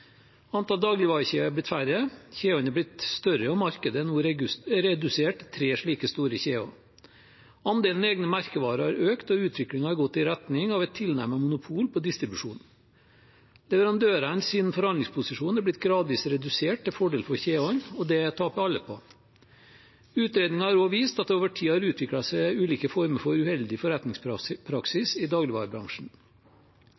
er blitt færre, kjedene er blitt større, og markedet er nå redusert til tre slike store kjeder. Andelen egne merkevarer har økt, og utviklingen har gått i retning av et tilnærmet monopol på distribusjon. Leverandørenes forhandlingsposisjon er blitt gradvis redusert til fordel for kjedene. Dette taper alle på. Utredninger har også vist at det over tid har utviklet seg ulike former for uheldig